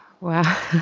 wow